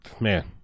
man